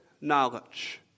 knowledge